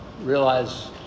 realize